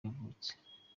yavutse